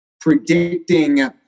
predicting